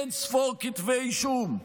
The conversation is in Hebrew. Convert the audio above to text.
אין-ספור כתבי אישום.